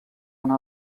una